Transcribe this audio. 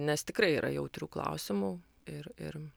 nes tikrai yra jautrių klausimų ir ir